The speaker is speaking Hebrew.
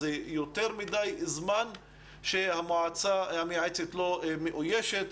זה יותר מדי זמן שהמועצה המייעצת לא מאוישת.